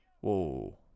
Whoa